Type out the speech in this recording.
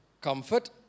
comfort